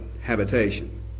habitation